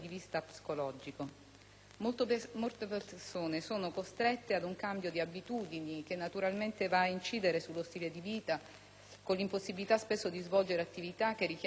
Molte persone sono costrette ad un cambio di abitudini che naturalmente va ad incidere sullo stile di vita con l'impossibilità spesso di svolgere attività che richiedono concentrazione,